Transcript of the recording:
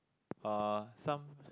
uh some